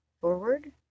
forward